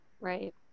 right